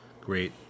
great